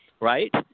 right